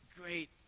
great